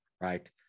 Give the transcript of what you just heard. Right